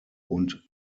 und